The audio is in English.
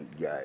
guy